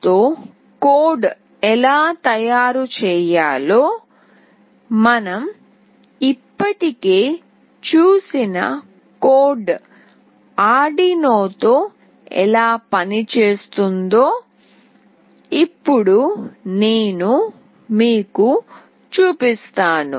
Arduino తో code ఎలా తయారు చేయాలో మనం ఇప్పటికే చూసిన కోడ్ ఆర్డునో తో ఎలా పనిచేస్తుందో ఇప్పుడు నేను మీకు చూపిస్తాను